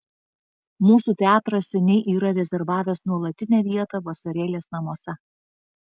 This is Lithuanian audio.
mūsų teatras seniai yra rezervavęs nuolatinę vietą vasarėlės namuose